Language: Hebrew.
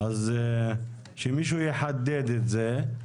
אז שמישהו יחדד את זה.